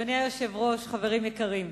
אדוני היושב-ראש, חברים יקרים,